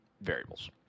variables